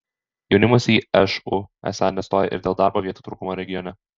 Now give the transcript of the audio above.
jaunimas į šu esą nestoja ir dėl darbo vietų trūkumo regione